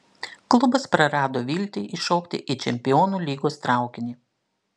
klubas prarado viltį įšokti į čempionų lygos traukinį